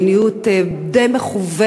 ובמדיניות די מכוונת,